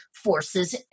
forces